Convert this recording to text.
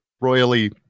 royally